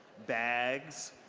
bags,